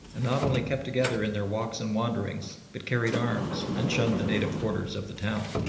and not only kept together in their walks and wanderings, but carried arms and shunned the native quarters of the town.